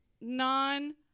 non-